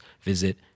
visit